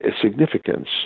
significance